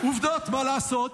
עובדות, מה לעשות?